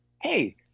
hey